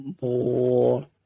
more